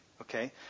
okay